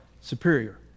superior